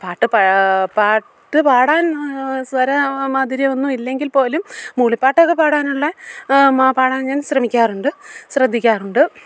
പാട്ട് പ പാട്ട് പാടാൻ സ്വര മാധുര്യമൊന്നും ഇല്ലെങ്കിൽ പോലും മൂളിപ്പാട്ടൊക്കെ പാടാനുള്ള മാ പാടാൻ ഞാൻ ശ്രമിക്കാറുണ്ട് ശ്രദ്ധിക്കാറുണ്ട്